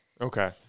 Okay